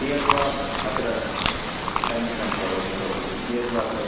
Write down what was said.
कियत् वा अत्र टैम् स्पेण्ड् करोमि इतोपि कियत् वा अत्र